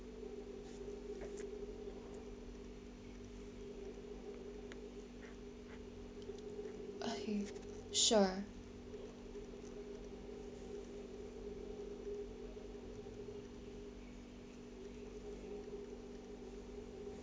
uh sure